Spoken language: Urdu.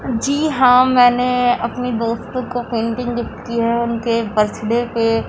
جی ہاں میں نے اپنی دوستوں کو پینٹنگ گفٹ کی ہے ان کے برتھ ڈے پہ